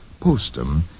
Postum